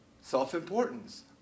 Self-importance